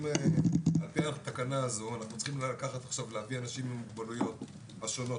על פי התקנה הזו אנחנו צריכים להביא אנשים עם המוגבלויות השונות,